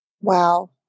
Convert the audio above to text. Wow